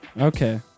Okay